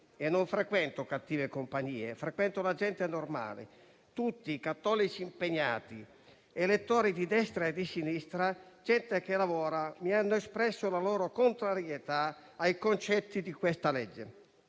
e non frequento cattive compagnie, ma gente normale (cattolici impegnati, elettori di destra e di sinistra, gente che lavora) - mi hanno espresso la loro contrarietà ai concetti del disegno